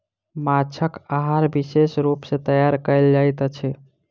माँछक आहार विशेष रूप सॅ तैयार कयल जाइत अछि